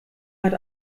hat